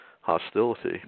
hostility